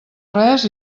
res